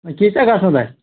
وۅنۍ کٲژاہ گژھنَو تۄہہِ